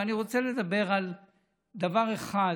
ואני רוצה לדבר על דבר אחד